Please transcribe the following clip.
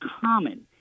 common